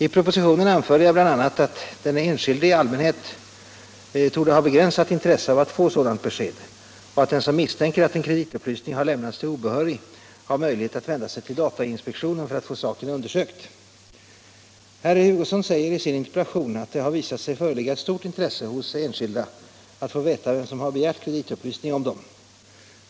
I propositionen anförde Jag bl.a. att den enskilde i allmänhet torde ha begränsat intresse av att få sådant besked och att den som misstänker att en kreditupplysning har lämnats till obehörig har möjlighet att vända sig till datainspektionen för att få saken undersökt. Herr Hugosson säger i sin interpellation att det har visat sig föreligga ett stort intresse hos de enskilda att få veta vem som har begärt kreditupplysning om dem.